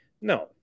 No